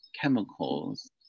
chemicals